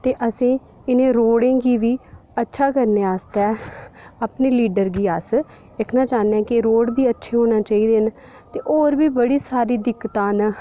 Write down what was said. ते असें इ'नें रोड़ें गी बी अच्छा करने आस्तै अपने लीडर गी अस आक्खना चाह्न्ने अस कि रोड़ बी अच्छे होने चाहिदे न ते होर बी बड़ी सारी दिक्कतां न